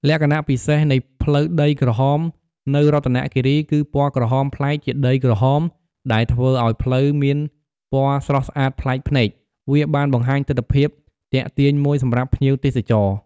លក្ខណៈពិសេសនៃផ្លូវដីក្រហមនៅរតនគិរី គឺពណ៌ក្រហមប្លែកជាដីក្រហមដែលធ្វើឱ្យផ្លូវមានពណ៌ស្រស់ស្អាតប្លែកភ្នែក វាបានបង្ហាញទិដ្ឋភាពទាក់ទាញមួយសម្រាប់ភ្ញៀវទេសចរ។